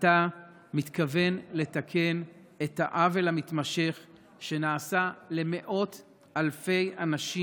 אתה מתכוון לתקן את העוול המתמשך שנעשה למאות אלפי אנשים